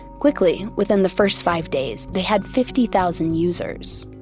quickly within the first five days they had fifty thousand users.